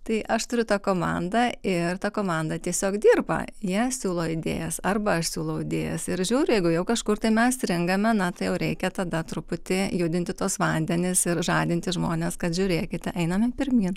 tai aš turiu tą komandą ir ta komanda tiesiog dirba jie siūlo idėjas arba aš siūlau idėjas ir žiūriu jeigu jau kažkur tai mes stringame na tai jau reikia tada truputį judinti tuos vandenis ir žadinti žmones kad žiūrėkite einame pirmyn